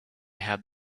had